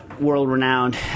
world-renowned